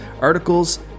articles